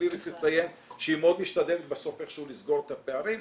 איריס אציין שהיא מאוד משתדלת בסוף איכשהו לסגור את הפערים.